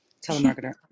Telemarketer